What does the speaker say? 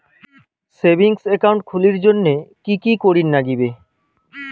Savings account খুলির জন্যে কি কি করির নাগিবে?